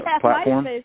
platform